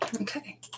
Okay